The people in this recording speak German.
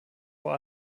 vor